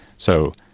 so